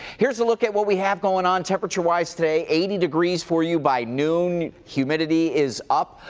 here's a look at what we have going on temperaturewise today, eighty degrees for you by noon. humidity is up.